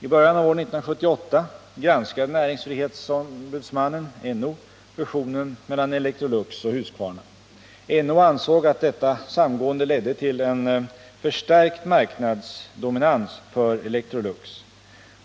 I början av år 1978 granskade näringsfrihetsombudsmannen fusionen mellan Electrolux och Husqvarna. NO ansåg att detta samgående ledde till en förstärkt marknadsdominans för Electrolux.